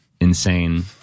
insane